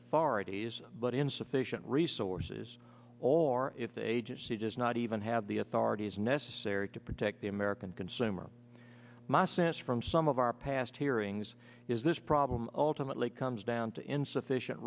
authorities but insufficient resources or if the agency does not even have the authorities necessary to protect the american consumer my sense from some of our past hearings is this problem ultimately comes down to insufficient